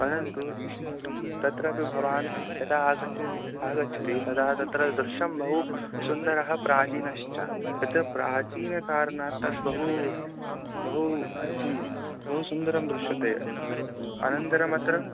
परन्तु तत्रापि भवान् यदा अगच्छ आगच्छति तदा तत्र दृश्यं बहु सुन्दरं प्राचीनञ्च तत्र प्राचीनः कारणात् तत् बहु बहु किं बहु सुन्दरं दृश्यते अनन्तरमत्र